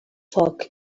foc